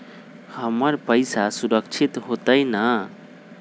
हमर पईसा सुरक्षित होतई न?